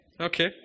Okay